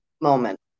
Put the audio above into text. moment